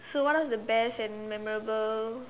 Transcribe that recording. so what are the best and memorable